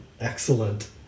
Excellent